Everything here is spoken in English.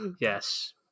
Yes